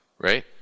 right